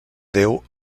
deu